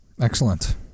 excellent